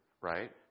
Right